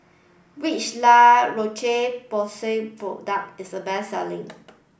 which La Roche Porsay product is the best selling